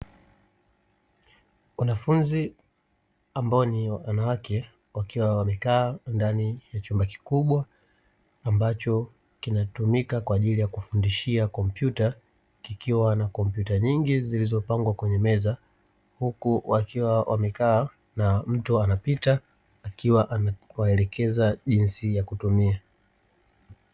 Wanafunzi ambao ni wanawake wakiwa wamekaa ndani ya chumba kikubwa ambacho kinatumika kwa ajili ya kufundishia kompyuta, ikiwa na kompyuta nyingi zilizopangwa kwenye meza, huku wakiwa wamekaa na mtu anapita akiwa anawaelekeza jinsi ya kutumia.